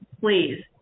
Please